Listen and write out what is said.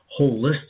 holistic